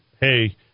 hey